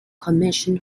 commission